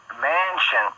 mansion